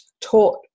taught